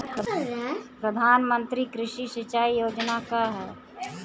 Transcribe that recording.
प्रधानमंत्री कृषि सिंचाई योजना का ह?